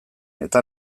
eta